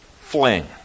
fling